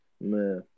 Man